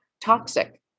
toxic